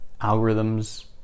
algorithms